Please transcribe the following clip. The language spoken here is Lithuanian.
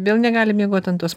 vėl negali miegoti ant tos